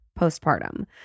postpartum